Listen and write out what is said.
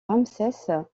ramsès